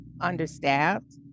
understaffed